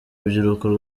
rubyiruko